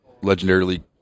legendarily